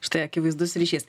štai akivaizdus ryšys